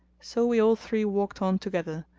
so we all three walked on together,